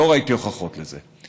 לא ראיתי הוכחות לזה,